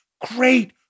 Great